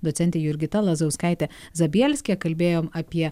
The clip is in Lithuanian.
docentė jurgita lazauskaitė zabielskė kalbėjom apie